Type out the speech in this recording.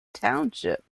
township